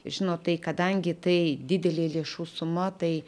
žinot tai kadangi tai didelė lėšų suma tai